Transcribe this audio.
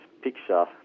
picture